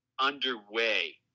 underway